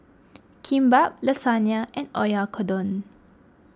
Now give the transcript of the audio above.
Kimbap Lasagna and Oyakodon